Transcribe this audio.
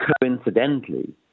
coincidentally